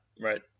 right